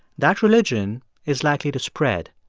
that religion is likely to spread.